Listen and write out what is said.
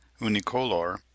unicolor